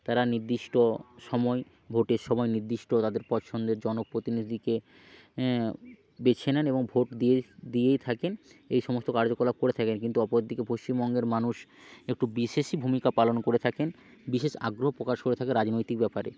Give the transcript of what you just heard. তারা নির্দিষ্ট সময়ে ভোটের সময় নির্দিষ্ট তাদের পছন্দের জনপ্রতিনিধিকে বেছে নেন এবং ভোট দিয়ে দিয়েই থাকেন এই সমস্ত কার্যকলাপ করে থাকে কিন্তু অপরদিকে পশ্চিমবঙ্গের মানুষ একটু বিশেষই ভূমিকা পালন করে থাকেন বিশেষ আগ্রহ প্রকাশ করে থাকে রাজনৈতিক ব্যাপারে